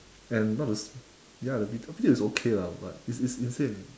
and not the ya the B_T_O is okay lah but it's it's insane